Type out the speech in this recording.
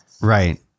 right